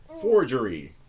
forgery